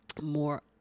more